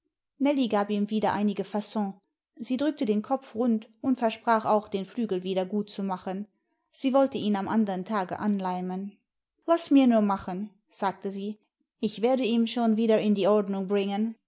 gab ihm wieder einige faon sie drückte den kopf rund und versprach auch den flügel wieder gut zu machen sie wollte ihn am andern tage anleimen laß mir nur machen sagte sie ich werde ihm schon wieder in die ordnung bringen